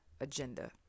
agenda